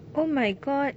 oh my god